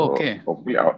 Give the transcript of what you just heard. Okay